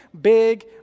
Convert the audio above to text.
big